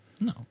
No